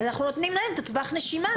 אז אנחנו נותנים להם טווח נשימה.